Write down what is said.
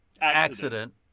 Accident